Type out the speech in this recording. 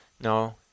No